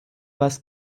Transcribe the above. was